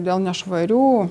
dėl nešvarių